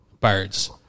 birds